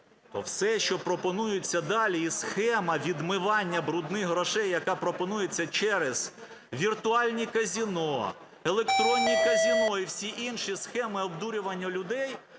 Все, що пропонується далі і схема відмивання "брудних" грошей, яка пропонується через віртуальні казино, електронні казино, і всі інші схеми обдурювання людей